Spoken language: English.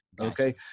Okay